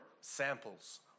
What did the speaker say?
samples